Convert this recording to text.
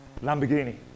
Lamborghini